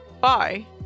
Bye